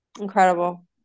incredible